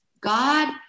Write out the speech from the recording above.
God